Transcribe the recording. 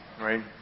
right